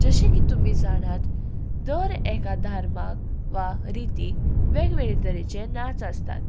जशें की तुमी जाणात दर एका धार्माक वा रितीक वेगवेगळे तरेचे नाच आसतात